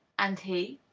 and he?